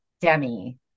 demi